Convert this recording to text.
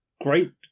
Great